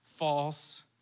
false